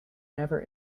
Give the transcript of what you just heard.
never